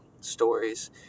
stories